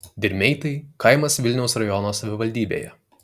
dirmeitai kaimas vilniaus rajono savivaldybėje